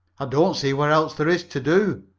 i don't see what else there is to do,